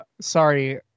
sorry